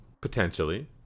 potentially